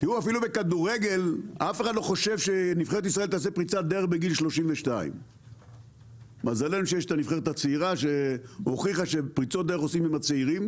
אפילו בכדורגל אף אחד לא חושב שנבחרת ישראל תעשה פריצת דרך בגיל 32. מזלנו שיש את הנבחרת הצעירה שהוכיחה שפריצות דרך עושים עם הצעירים,